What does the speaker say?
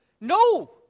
No